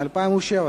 התשס"ז 2007,